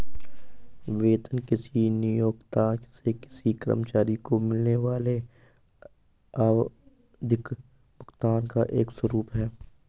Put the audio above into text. वेतन किसी नियोक्ता से किसी कर्मचारी को मिलने वाले आवधिक भुगतान का एक स्वरूप है